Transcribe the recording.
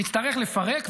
נצטרך לפרק.